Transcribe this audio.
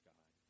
God